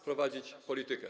prowadzić politykę?